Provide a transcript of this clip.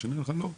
למה לא נראה לי?